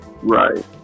Right